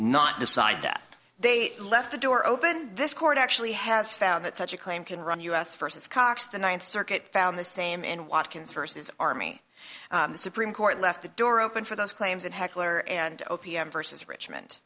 not decide that they left the door open this court actually has found that such a claim can run us versus cox the ninth circuit found the same in watkins vs army the supreme court left the door open for those claims that heckler and o p m versus richmond